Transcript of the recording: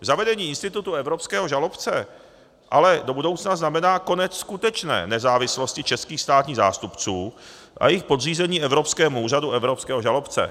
Zavedení institutu evropského žalobce ale do budoucna znamená konec skutečné nezávislosti českých státních zástupců a jejich podřízení evropskému úřadu evropského žalobce.